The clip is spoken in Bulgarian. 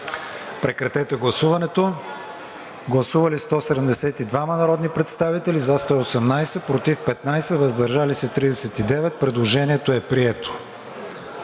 „Демократична България“. Гласували 172 народни представители, за 118, против 15, въздържали се 39. Предложението е прието.